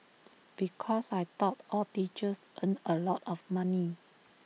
because I thought all teachers earned A lot of money